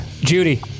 Judy